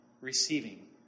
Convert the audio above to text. receiving